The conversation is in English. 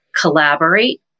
collaborate